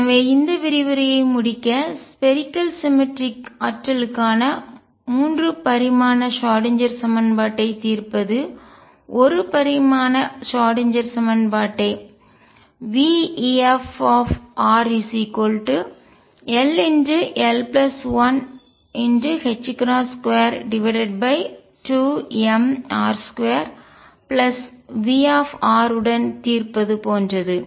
எனவே இந்த விரிவுரையை முடிக்க ஸ்பேரிக்கல் சிமெட்ரிக் கோள சமச்சீர் ஆற்றலுக்கான 3 பரிமாண ஷ்ராடின்ஜெர் சமன்பாட்டைத் தீர்ப்பது 1 பரிமாண ஷ்ராடின்ஜெர் சமன்பாட்டை veffrll122mr2V உடன் தீர்ப்பது போன்றது